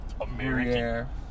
American